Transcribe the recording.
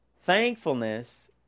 Thankfulness